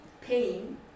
pain